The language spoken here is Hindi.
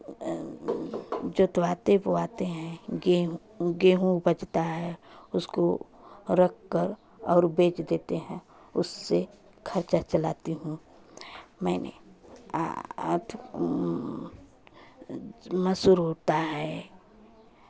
जोतवाते बोआते हैं गेहूँ गेहूँ उपजता है उसको रखकर और बेच देते हैं उससे खर्चा चलाती हूँ मैंने अथि मसूर होता है